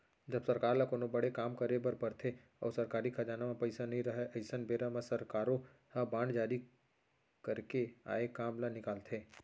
जब सरकार ल कोनो बड़े काम करे बर परथे अउ सरकारी खजाना म पइसा नइ रहय अइसन बेरा म सरकारो ह बांड जारी करके आए काम ल निकालथे